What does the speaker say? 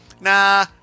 nah